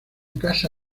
casa